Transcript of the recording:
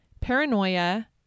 paranoia